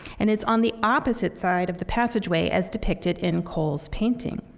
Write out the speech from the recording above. and it's on the opposite side of the passage way as depicted in cole's painting.